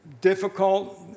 difficult